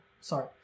sorry